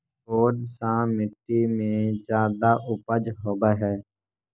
कोन सा मिट्टी मे ज्यादा उपज होबहय?